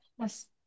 yes